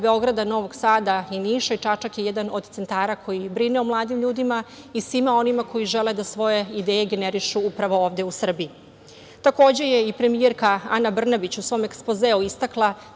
Beograda, Novog Sada i Niša, i Čačak je jedan od centara koji brine o mladim ljudima i svima onima koji žele da svoje ideje generišu upravo ovde u Srbiji. Takođe je i premijerka Ana Brnabić u svom ekspozeu istakla